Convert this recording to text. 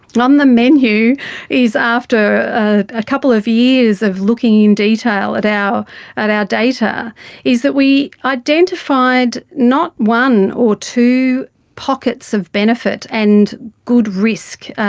on the menu is after a couple of years of looking in detail at our at our data is that we identified not one or two pockets of benefit and good risk